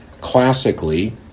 Classically